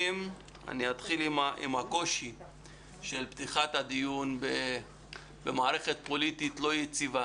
אני אתחיל עם הקושי בפתיחת הדיון במערכת פוליטית לא יציבה